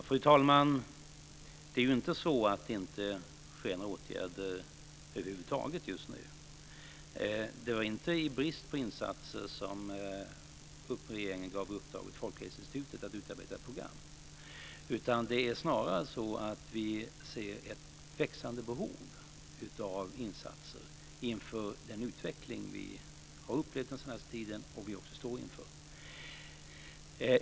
Fru talman! Det är ju inte så att det inte vidtas några åtgärder över huvud taget just nu. Det var inte i brist på insatser som regeringen gav i uppdrag åt Folkhälsoinstitutet att utarbeta ett program. Det är snarare så att vi ser ett växande behov av insatser inför den utveckling som vi har upplevt den senaste tiden och också står inför.